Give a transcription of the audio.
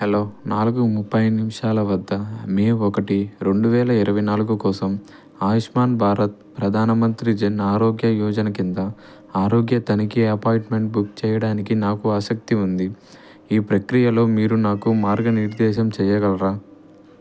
hello నాలుగు ముప్పై నిమిషాల వద్ద మే ఒకటి రెండు వేల ఇరవై నాలుగు కోసం ఆయుష్మాన్ భారత్ ప్రధాన మంత్రి జన్ ఆరోగ్య యోజన కింద ఆరోగ్య తనిఖీ అపాయింట్మెంట్ బుక్ చేయడానికి నాకు ఆసక్తి ఉంది ఈ ప్రక్రియలో మీరు నాకు మార్గనిర్దేశం చేయగలరా